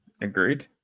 Agreed